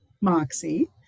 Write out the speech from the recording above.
Moxie